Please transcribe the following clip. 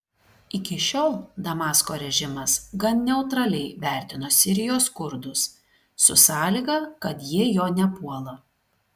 iki šiol damasko režimas gan neutraliai vertino sirijos kurdus su sąlyga kad jie jo nepuola